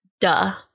Duh